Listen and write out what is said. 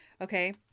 Okay